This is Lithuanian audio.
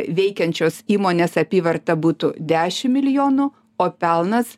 veikiančios įmonės apyvarta būtų dešim milijonų o pelnas